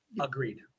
Agreed